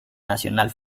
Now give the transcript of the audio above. nacional